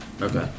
Okay